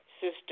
Sister